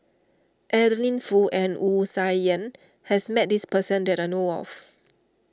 Adeline Foo and Wu Tsai Yen has met this person that I know of